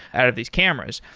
out of these cameras.